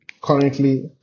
currently